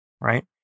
right